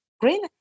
green